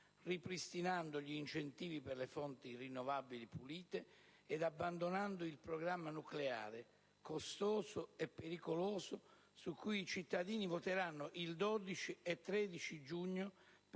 ripristinando gli incentivi per le fonti rinnovabili pulite e abbandonando il programma nucleare, costoso e pericoloso, su cui i cittadini voteranno il 12 e il 13 giugno per